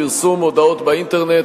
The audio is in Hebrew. פרסום הודעות באינטרנט.